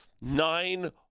Nine